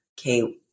okay